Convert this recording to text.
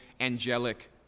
angelic